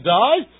die